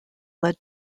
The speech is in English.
led